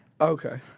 Okay